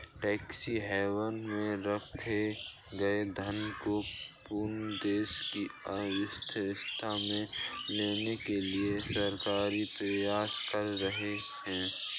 tax haven में रखे गए धन को पुनः देश की अर्थव्यवस्था में लाने के लिए सरकार प्रयास कर रही है